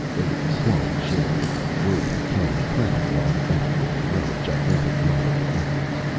a slung chair of woven cane crowned along the back with a row of gigantic mottled orchids.